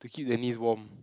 to keep the knees warm